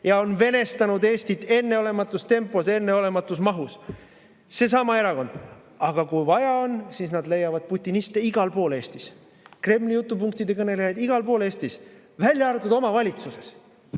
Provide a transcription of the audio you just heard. ja on venestanud Eestit enneolematus tempos ja enneolematus mahus. Seesama erakond! Aga kui vaja on, siis nad leiavad putiniste igal pool Eestis. Kremli jutupunktide kõnelejaid on igal pool Eestis, välja arvatud oma valitsuses.